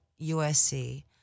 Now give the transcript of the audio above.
USC